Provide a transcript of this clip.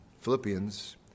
Philippians